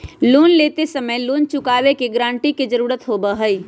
loan लेते समय loan चुकावे के गारंटी के जरुरत होबा हई